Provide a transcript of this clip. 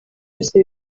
wese